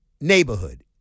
neighborhood